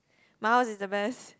my house is the best